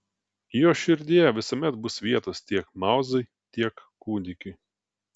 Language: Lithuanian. jo širdyje visuomet bus vietos tiek mauzai tiek kūdikiui